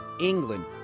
England